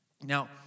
Now